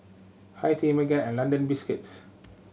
Hi Tea Megan and London Biscuits